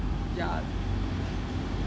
ya